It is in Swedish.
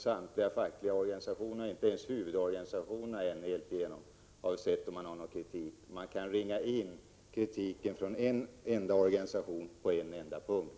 Samtliga fackliga organisationer är inte kritiska. Kritiken kommer från en organisation och på en enda punkt.